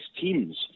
teams